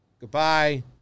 Goodbye